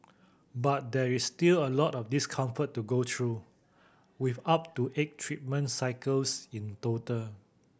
but there is still a lot of discomfort to go through with up to eight treatment cycles in total